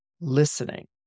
listening